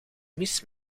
mis